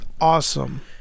awesome